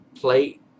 plate